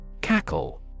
Cackle